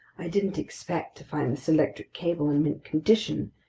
i didn't expect to find this electric cable in mint condition,